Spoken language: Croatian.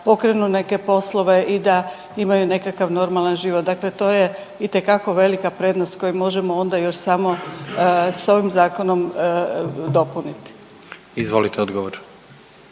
neke poslove i da imaju nekakav normalan život, dakle to je itekako velika prednost koju možemo onda još samo s ovim zakonom dopuniti. **Jandroković,